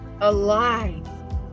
alive